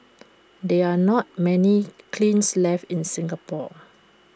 there are not many kilns left in Singapore